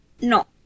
No